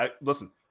listen